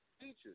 teachers